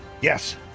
Yes